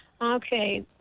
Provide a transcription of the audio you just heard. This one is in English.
okay